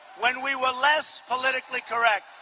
when we were less politically correct,